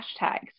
hashtags